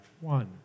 one